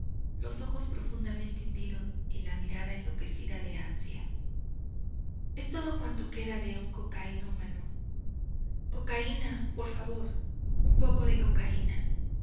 los ojos profundamente hundidos y la mirada enloquecida de ansia es todo cuanto queda de un cocainómano cocaína por favor un poco de cocaína